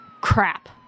Crap